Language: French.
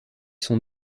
sont